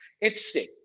interesting